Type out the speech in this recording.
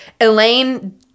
Elaine